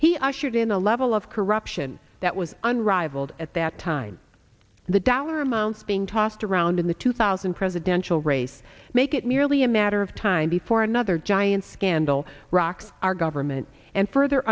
he ushered in a level of corruption that was unrivaled at that time the dollar amounts being tossed around in the two thousand presidential race make it merely a matter of time before another giant scandal rocks our government and further